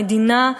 המדינה,